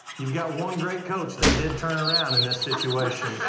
you've got one great coach that did turn around in this situation.